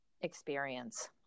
experience